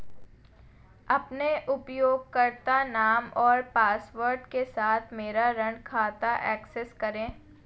अपने उपयोगकर्ता नाम और पासवर्ड के साथ मेरा ऋण खाता एक्सेस करें